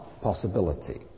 possibility